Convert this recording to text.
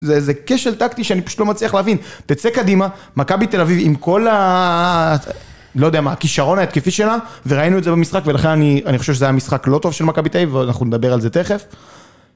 זה כשל טקטי שאני פשוט לא מצליח להבין. תצא קדימה, מכבי תל אביב עם כל הכישרון ההתקפי שלה, וראינו את זה במשחק ולכן אני חושב שזה היה משחק לא טוב של מכבי תל אביב, אנחנו נדבר על זה תכף.